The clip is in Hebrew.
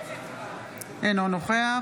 בעד רון כץ,